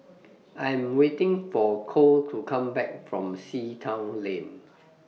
I Am waiting For Kole to Come Back from Sea Town Lane